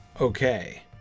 okay